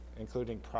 including